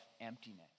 emptiness